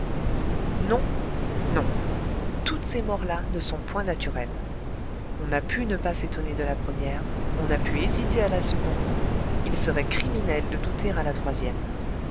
non non toutes ces morts là ne sont point naturelles on a pu ne pas s'étonner de la première on a pu hésiter à la seconde il serait criminel de douter à la troisième